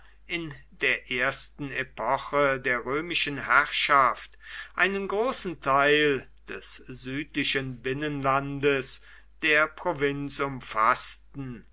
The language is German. in der ersten epoche der römischen herrschaft einen großen teil des südlichen binnenlandes der provinz umfaßten